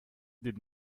did